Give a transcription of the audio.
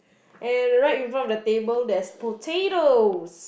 and right in front of the table there's potatoes